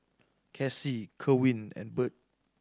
Cassie Kerwin and Birt